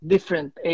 Different